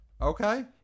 Okay